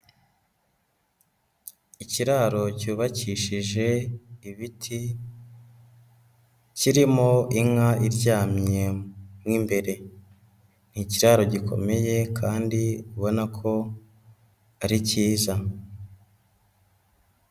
Ikiraro cyubakishije ibiti kirimo inka iryamye mo imbere, ni ikiraro gikomeye kandi ubona ko ari cyiza.